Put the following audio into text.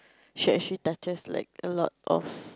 she actually touches like a lot of